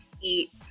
eat